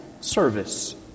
service